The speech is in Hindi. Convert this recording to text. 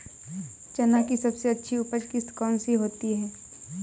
चना की सबसे अच्छी उपज किश्त कौन सी होती है?